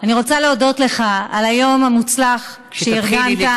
אני רוצה להודות לך על היום המוצלח שארגנת בנושא,